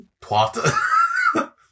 Twat